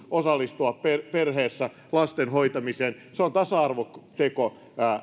osallistua perheessä lasten hoitamiseen se on tasa arvoteko